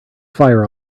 fire